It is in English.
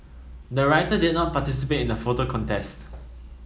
the writer did not participate in the photo contest